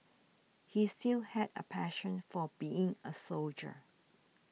he still had a passion for being a soldier